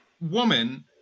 woman